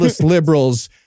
liberals